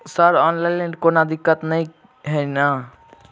Sir online लैल कोनो दिक्कत न ई नै?